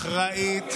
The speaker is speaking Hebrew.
אחראית.